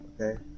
Okay